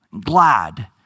glad